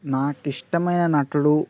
నాకు ఇష్టమైన నటుడు